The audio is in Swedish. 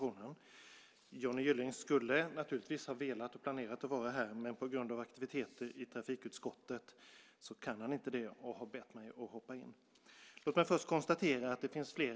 Då Johnny Gylling, som framställt interpellationen, anmält att han var förhindrad att närvara vid sammanträdet medgav tredje vice talmannen att Tuve Skånberg i stället fick delta i överläggningen.